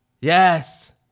Yes